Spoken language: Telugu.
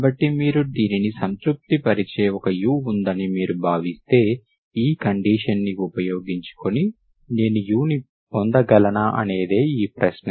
కాబట్టి మీరు దీనిని సంతృప్తిపరిచే ఒక u ఉందని మీరు భావిస్తే ఈ కండీషన్ని ఉపయోగించుకుని నేను u ని పొందగలనా అనేదే ఆ ప్రశ్న